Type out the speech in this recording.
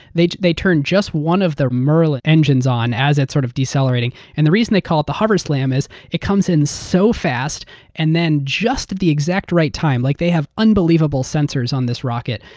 they they turned just one of their merlin engines on as it sort of decelerated. and the reason they call it the hoverslam is it comes in so fast and then just the exact right time. like they have unbelievable centers on this rocket.